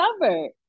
covered